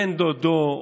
בן דודו,